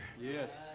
Yes